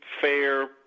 fair